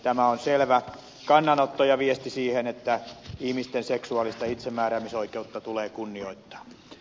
tämä on selvä kannanotto ja viesti että ihmisten seksuaalista itsemääräämisoikeutta tulee kunnioittaa